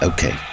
Okay